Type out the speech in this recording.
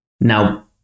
Now